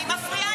אני מפריעה?